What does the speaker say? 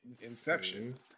inception